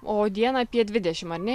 o dieną apie dvidešimt ar ne